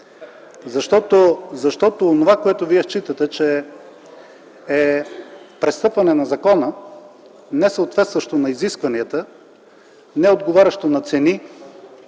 Защото онова, което Вие смятате, че е престъпване на закона, несъответстващо на изискванията, неотговарящо на цени